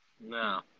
No